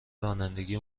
رانندگی